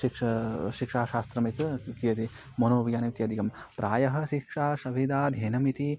शिक्षा शिक्षाशास्त्रं यत् क्रियते मनोविज्ञानम् इत्यादिकं प्रायः शिक्षा सविधाध्ययनम् इति